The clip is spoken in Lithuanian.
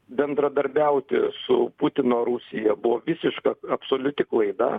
bendradarbiauti su putino rusija buvo visiška absoliuti klaida